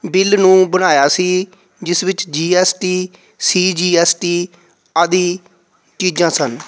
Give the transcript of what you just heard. bill ਨੂੰ ਬਣਾਇਆ ਸੀ ਜਿਸ ਵਿੱਚ G S T C G S T ਆਦਿ ਚੀਜ਼ਾਂ ਸਨ